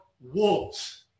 wolves